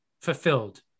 fulfilled